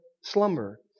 slumber